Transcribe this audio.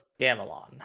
Gamelon